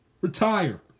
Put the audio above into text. Retire